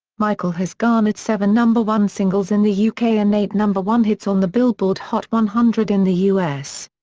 michael has garnered seven number one singles in the yeah uk and eight number one hits on the billboard hot one hundred in the us.